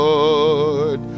Lord